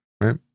right